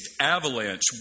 avalanche